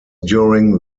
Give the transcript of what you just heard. during